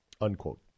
Unquote